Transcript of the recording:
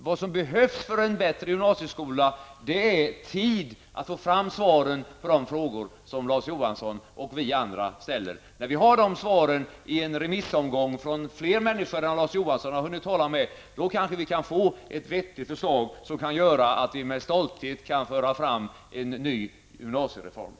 Vad som behövs för en bättre gymnasieskola är tid att få fram svaren på de frågor som Larz Johansson och vi andra ställer. När vi har de svaren efter en remissomgång från fler instanser än dem som Larz Johansson har hunnit tala med, kanske vi kan komma fram till ett vettigt förslag till en ny gymnasiereform, som vi kan föra fram med stolthet.